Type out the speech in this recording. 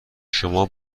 شما